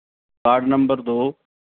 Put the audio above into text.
ward number ਦੋ